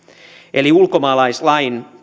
eli että ulkomaalaislain